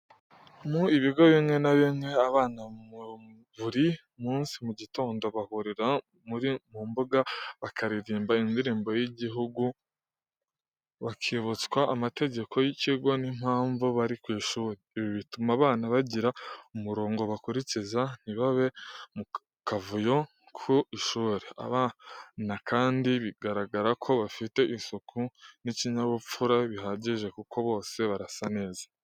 Mu ibigo bimwe na bimwe abana buri munsi mugitondo bahurira mu imbuga bakaririmba indirimbo y'igihugo, bakibutswa amategeko y'ikigo n'impamvu bari ku ishuri, ibi bituma abana bagira umurongo bakurikiza ntibabe mu akavuyo ku ishuri, abana kandi bigaragara ko bafite isuku n'ikinyabupfura bihagije kuko bose barasa neza.